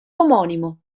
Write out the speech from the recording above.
omonimo